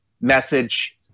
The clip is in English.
message